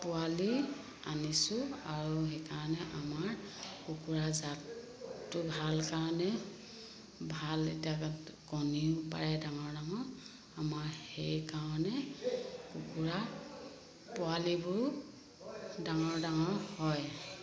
পোৱালি আনিছোঁ আৰু সেইকাৰণে আমাৰ কুকুৰা জাতটো ভাল কাৰণে ভাল এতিয়া কণীও পাৰে ডাঙৰ ডাঙৰ আমাৰ সেইকাৰণে কুকুৰা পোৱালিবোৰ ডাঙৰ ডাঙৰ হয়